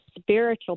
spiritual